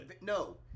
No